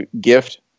gift